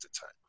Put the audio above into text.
time